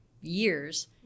years